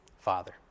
Father